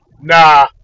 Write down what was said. nah